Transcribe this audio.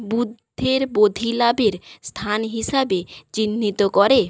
বুদ্ধের বোধিলাভের স্থান হিসাবে চিহ্নিত করে